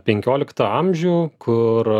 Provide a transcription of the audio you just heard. penkioliktą amžių kur